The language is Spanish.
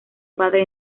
padre